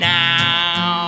now